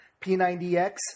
P90X